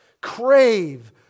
crave